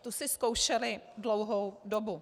Tu si zkoušely dlouhou dobu.